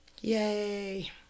yay